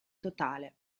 totale